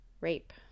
rape